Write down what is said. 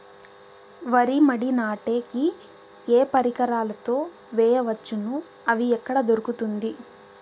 వరి మడి నాటే కి ఏ పరికరాలు తో వేయవచ్చును అవి ఎక్కడ దొరుకుతుంది?